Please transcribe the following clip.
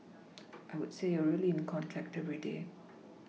I would say you are really in contact every day